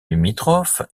limitrophe